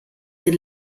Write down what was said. den